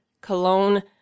cologne